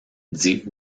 dit